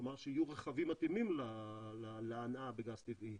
כלומר שיהיו רכבים מתאימים להנעה בגז טבעי.